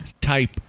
type